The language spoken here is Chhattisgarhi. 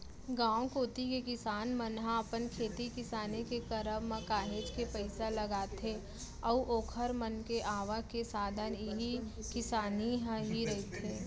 गांव कोती के किसान मन ह अपन खेती किसानी के करब म काहेच के पइसा लगाथे अऊ ओखर मन के आवक के साधन इही किसानी ह ही रहिथे